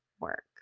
work